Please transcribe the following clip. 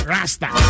Rasta